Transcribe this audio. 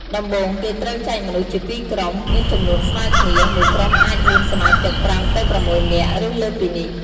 ដំបូងគេត្រូវចែកមនុស្សជា២ក្រុម មានចំនួនស្មើគ្នា មួយក្រុមអាចមានសមាជិក ៥ ទៅ៦នាក់ ឬលើសពីនេះ។